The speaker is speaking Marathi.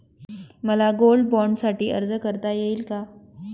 मला गोल्ड बाँडसाठी अर्ज करता येईल का?